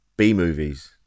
B-movies